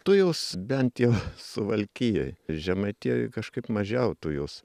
tujos bent jau suvalkijoj žemaitijoj kažkaip mažiau tujos